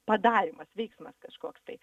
padarymas veiksmas kažkoks tai